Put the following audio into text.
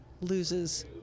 loses